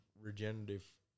regenerative